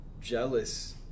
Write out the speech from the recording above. jealous